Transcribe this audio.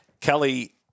Kelly